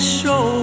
show